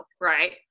right